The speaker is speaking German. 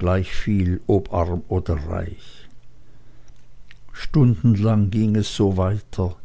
gleichviel ob arm oder reich stundenlang ging es so weiter